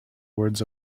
words